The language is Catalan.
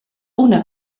una